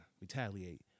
retaliate